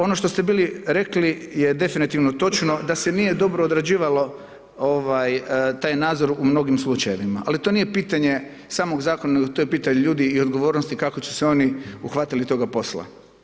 Ono što ste bili rekli je definitivno točno, da se nije dobro odrađivalo taj nadzor u mnogim slučajevima ali to nije pitanje samog zakona nego to je pitanje ljudi i odgovornosti, kako su se oni uhvatili toga posla.